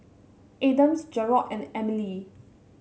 Adams Jerold and Emile